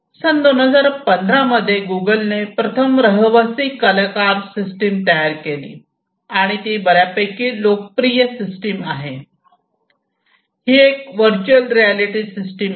सन 2015 मध्ये गुगलने प्रथम रहिवासी कलाकार सिस्टम तयार केली आणि ती बर्यापैकी लोकप्रिय सिस्टम आहे ही एक व्हर्च्युअल रियालिटी सिस्टम आहे